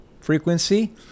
frequency